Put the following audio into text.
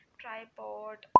tripod